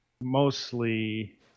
mostly